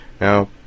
Now